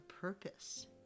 purpose